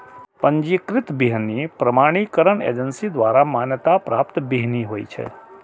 पंजीकृत बीहनि प्रमाणीकरण एजेंसी द्वारा मान्यता प्राप्त बीहनि होइ छै